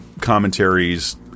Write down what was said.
commentaries